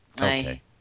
Okay